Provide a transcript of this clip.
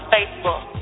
Facebook